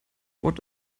what